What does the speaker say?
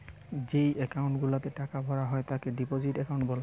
যেই একাউন্ট গুলাতে টাকা ভরা হয় তাকে ডিপোজিট একাউন্ট বলে